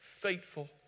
faithful